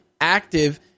active